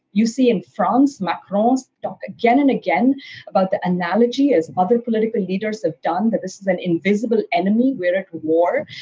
you see in france, macron's talked again and again about analogy, as other political leaders have done, that this is an invisible enemy, we're at war.